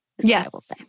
Yes